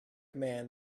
man